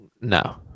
No